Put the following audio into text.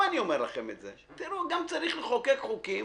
את זה, תראו, גם צריך לחוקק חוקים